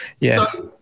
Yes